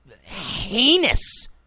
heinous